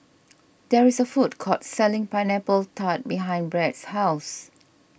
there is a food court selling Pineapple Tart behind Brad's house